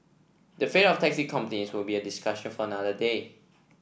the fate of taxi companies will be a discussion for another day